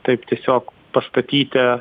taip tiesiog pastatyti